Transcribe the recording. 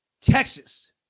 Texas